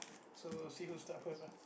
so see who start first lah